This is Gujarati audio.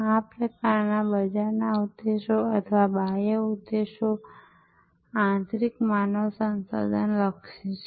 આ વાસ્તવમાં ઉદ્યોગસાહસિકોની સહકારી સંસ્થા છે અને ત્યાં બધા સાંસ્કૃતિક રીતે ખૂબ જ સમાન છે તેમાંના ઘણા સ્નાતક નથી તેઓ માત્ર શાળા સ્તરે શિક્ષિત હોઈ શકે છે